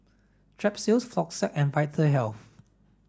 Strepsils Floxia and Vitahealth